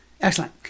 Excellent